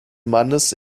mannes